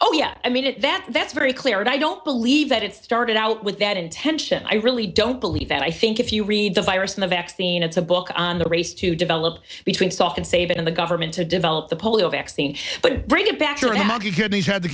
oh yeah i made it that that's very clear and i don't believe that it started out with that intention i really don't believe that i think if you read the virus in the vaccine it's a book on the race to develop between soft and save it in the government to develop the polio vaccine but bring it back or not you kidneys had the